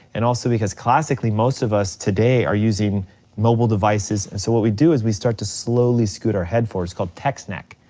and also because classically most of us today are using mobile devices, and so what we do is we start to slowly scoot our head forward, it's called text neck.